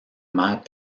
mère